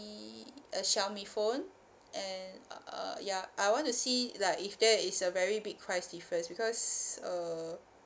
a xiaomi phone and uh ya I want to see like if there is a very big price difference because err